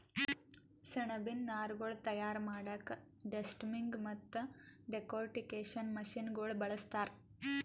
ಸೆಣಬಿನ್ ನಾರ್ಗೊಳ್ ತಯಾರ್ ಮಾಡಕ್ಕಾ ಡೆಸ್ಟಮ್ಮಿಂಗ್ ಮತ್ತ್ ಡೆಕೊರ್ಟಿಕೇಷನ್ ಮಷಿನಗೋಳ್ ಬಳಸ್ತಾರ್